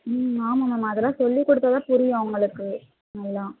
ம் ஆமாம் மேம் அதெல்லாம் சொல்லிக் கொடுத்தா தான் புரியும் அவங்களுக்கு நல்லா